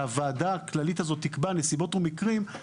שהוועדה הכללית הזאת תקבע נסיבות ומקרים,